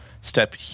step